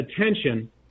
attention